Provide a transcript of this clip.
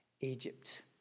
Egypt